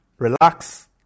Relax